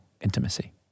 intimacy